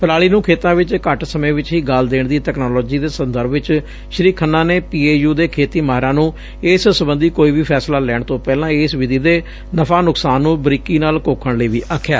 ਪਰਾਲੀ ਨੁੰ ਖੇਤਾਂ ਵਿੱਚ ਘੱਟ ਸਮੇਂ ਚ ਹੀ ਗਾਲ ਦੇਣ ਦੀ ਤਕਨਾਲੋਜੀ ਦੇ ਸੰਦਰਭ ਵਿੱਚ ਸ੍ੀ ਖੰਨਾ ਨੇ ਪੀਏਯੂ ਦੇ ਖੇਤੀ ਮਾਹਰਾਂ ਨੂੰ ਇਸ ਸਬੰਧੀ ਕੋਈ ਵੀ ਫੈਸਲਾ ਲੈਣ ਤੋਂ ਪਹਿਲਾਂ ਇਸ ਵਿਧੀ ਦੇ ਨਫਾ ਨੁਕਸਾਨ ਨੁੰ ਬਰੀਕੀ ਨਾਲ ਘੋਖਣ ਲਈ ਵੀ ਆਖਿਆ